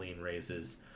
raises